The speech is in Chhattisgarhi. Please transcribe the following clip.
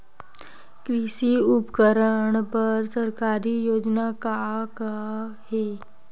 कृषि उपकरण बर सरकारी योजना का का हे?